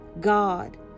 God